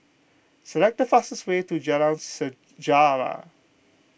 select the fastest way to Jalan Sejarah